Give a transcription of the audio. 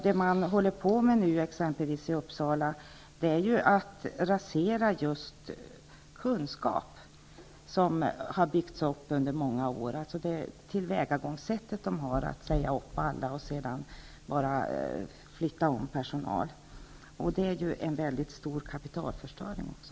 Det man håller på med nu i t.ex. Uppsala är att rasera just kunskap som har byggts upp under många år. Det gäller det tillvägagångssätt som kommunen har att säga upp alla och sedan flytta om personal. Det är också en mycket stor kapitalförstöring också.